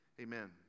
Amen